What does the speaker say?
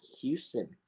Houston